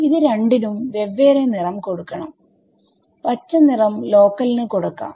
ഇത് രണ്ടിനും വെവ്വേറെ നിറം കൊടുക്കണം പച്ച നിറം ലോക്കൽ ന് കൊടുക്കാം